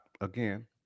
Again